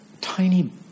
tiny